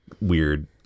Weird